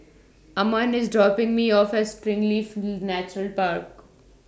Amon IS dropping Me off At Springleaf Nature Park